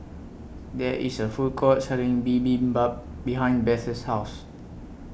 There IS A Food Court Selling Bibimbap behind Beth's House